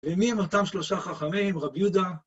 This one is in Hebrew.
ומי הם אתם שלושה חכמים, רב יהודה?